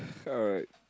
alright